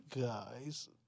guys